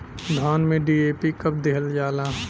धान में डी.ए.पी कब दिहल जाला?